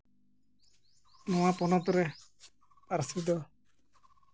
ᱱᱚᱣᱟ ᱯᱚᱱᱚᱛ ᱨᱮ ᱯᱟᱹᱨᱥᱤ ᱫᱚ